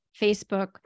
Facebook